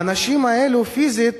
האנשים האלה, פיזית,